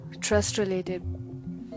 trust-related